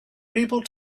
people